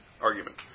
argument